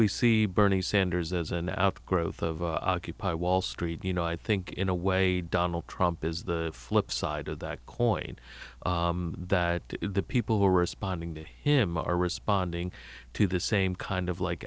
we see bernie sanders as an outgrowth of wall street you know i think in a way donald trump is the flip side of that coin that the people who are spawning to him are responding to the same kind of like